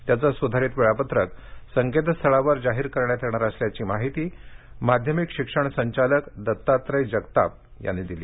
त्याचे सुधारित वेळापत्रक संकेतस्थळावर जाहीर करण्यात येणार असल्याची माहिती माध्यमिक शिक्षण संचालक दत्तात्रय जगताप यांनी दिली